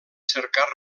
cercar